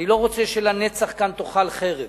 אני לא רוצה שלנצח כאן תאכל חרב,